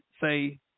say